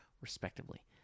respectively